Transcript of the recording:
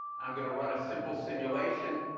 i'm going to run a simple simulation.